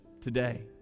today